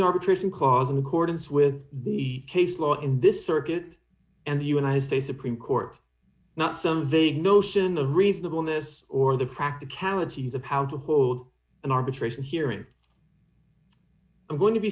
arbitration clause in accordance with the case law in this circuit and the united states supreme court not some vague notion of reasonableness or the practicalities of how to hold an arbitration hearing i'm going to be